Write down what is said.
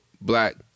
black